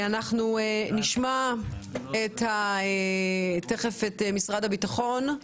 נשמע את משרד הביטחון,